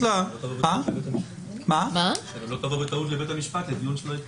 שגם לא תבוא בטעות לבית המשפט לדיון שלא יתקיים.